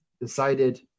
decided